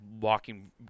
walking